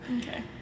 Okay